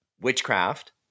witchcraft